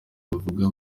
bavuga